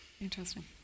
interesting